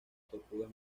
tortugas